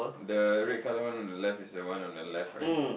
the red color one on the left is the one on the left right